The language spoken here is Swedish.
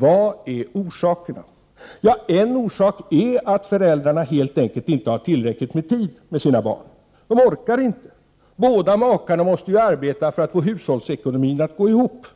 Vad är orsakerna? En orsak är att föräldrarna helt enkelt inte har tillräckligt med tid för sina barn. De orkar inte. Båda makarna måste arbeta för att få hushållsekonomin att gå ihop.